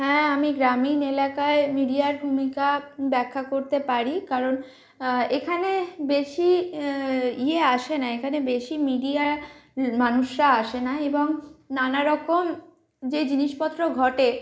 হ্যাঁ আমি গ্রামীণ এলাকায় মিডিয়ার ভূমিকা ব্যাখ্যা করতে পারি কারণ এখানে বেশি ইয়ে আসে না এখানে বেশি মিডিয়ার মানুষরা আসে না এবং নানারকম যে জিনিসপত্র ঘটে